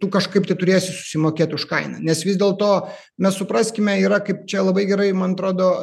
tu kažkaip tai turėsi susimokėt už kainą nes vis dėlto mes supraskime yra kaip čia labai gerai man atrodo